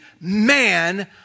man